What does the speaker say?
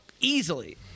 easily